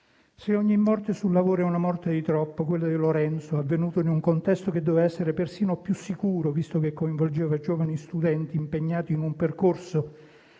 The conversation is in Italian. Se ogni morte sul lavoro è una morte di troppo, quella di Lorenzo, avvenuta in un contesto che doveva essere persino più sicuro visto che coinvolgeva giovani studenti impegnati in un percorso